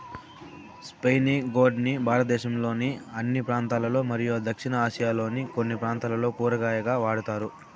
spiny gourd ని భారతదేశంలోని అన్ని ప్రాంతాలలో మరియు దక్షిణ ఆసియాలోని కొన్ని ప్రాంతాలలో కూరగాయగా వాడుతారు